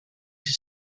sis